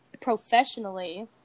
professionally